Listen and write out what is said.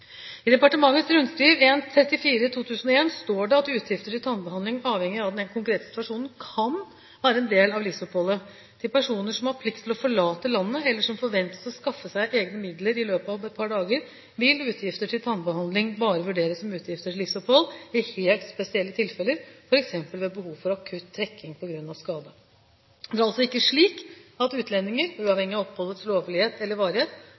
I departementets rundskriv I-34/2001 står det at utgifter til tannbehandling, avhengig av den konkrete situasjonen, kan være en del av livsoppholdet. For personer som har plikt til å forlate landet, eller som forventes å skaffe seg egne midler i løpet av et par dager, vil utgifter til tannbehandling bare vurderes som utgifter til livsopphold i helt spesielle tilfeller, f.eks. ved behov for akutt trekking på grunn av skade. Det er altså ikke slik at utlendinger, uavhengig av oppholdets lovlighet eller varighet,